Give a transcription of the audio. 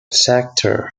sector